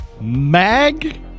Mag